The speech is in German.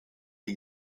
die